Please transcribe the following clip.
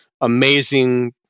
amazing